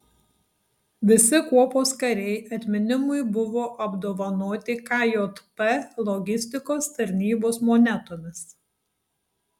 visi kuopos kariai atminimui buvo apdovanoti kjp logistikos tarnybos monetomis